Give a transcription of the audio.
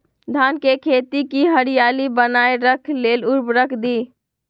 धान के खेती की हरियाली बनाय रख लेल उवर्रक दी?